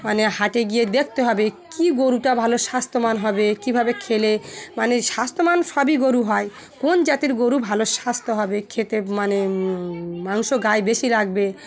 মানে হাটে গিয়ে দেখতে হবে কী গরুটা ভালো স্বাস্থ্যমান হবে কীভাবে খেলে মানে স্বাস্থ্যমান সবই গরু হয় কোন জাতির গরু ভালো স্বাস্থ্য হবে খেতে মানে মাংস গায়ে বেশি লাগবে